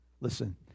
Listen